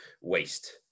waste